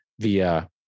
via